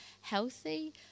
healthy